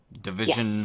Division